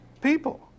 people